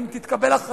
אם תתקבל הכרעה,